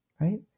right